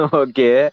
okay